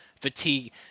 fatigue